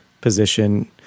position